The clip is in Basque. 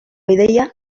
ideia